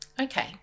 Okay